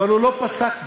אבל הוא לא פסק בזה,